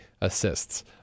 assists